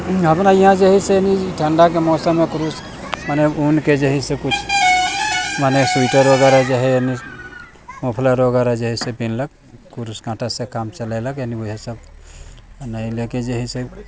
हमरा यहाँ जे हय से यानि ठण्डा के मौसम मे कुरूस मने ऊन के जे हय कुछ मने स्वेटर वगैरह जे हय जे मोफलर वगैरह जे हय से पिन्हलक कुरूस कट्टा से काम चलेलक यानि उहे सब ले के जे हय से